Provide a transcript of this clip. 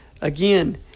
Again